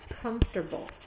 comfortable